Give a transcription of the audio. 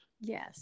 Yes